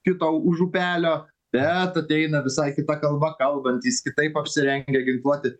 kito už upelio bet ateina visai kita kalba kalbantys kitaip apsirengę ginkluoti